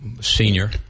senior